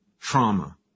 trauma